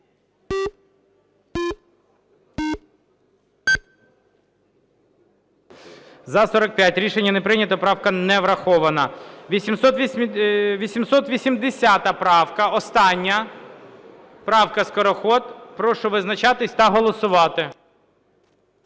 За-45 Рішення не прийнято. Правка не врахована. 880 правка, остання, правка Скороход. Прошу визначатись та голосувати.